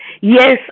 Yes